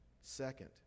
second